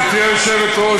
גברתי היושבת-ראש,